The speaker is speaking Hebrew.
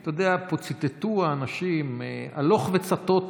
האנשים פה ציטטו הלוך וצטוט,